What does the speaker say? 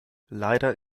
leider